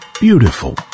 beautiful